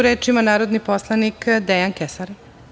Reč ima narodni poslanik Dejan Kesar.